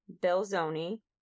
Belzoni